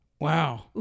Wow